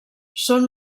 són